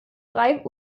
drei